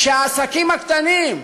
שהעסקים הקטנים,